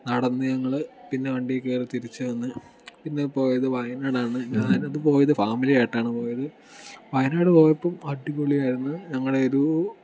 നടന്ന് ഞങ്ങൾ പിന്നെ വണ്ടിയിൽ കയറി തിരിച്ച് വന്ന് പിന്നെ പോയത് വയനാടാണ് ഞാൻ അത് പോയത് ഫാമിലിയായിട്ടാണ് പോയത് വയനാട് പോയപ്പോൾ അടിപൊളിയായിരുന്നു ഞങ്ങളുടെ ഒരു